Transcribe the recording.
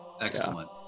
Excellent